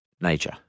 nature